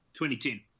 2010